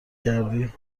کردی